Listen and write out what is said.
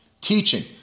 teaching